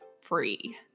free